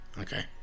okay